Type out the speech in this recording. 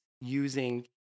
using